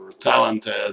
talented